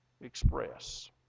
express